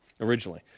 originally